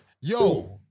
yo